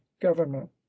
government